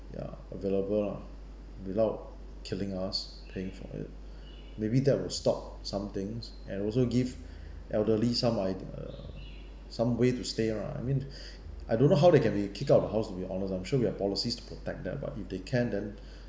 ya available lah without killing us paying for it may be that will stop somethings and also give elderly some I err somewhere to stay lah I mean I don't know how they can be kicked out of the house to be honest I'm sure we've policies to protect them but if they can then